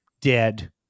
dead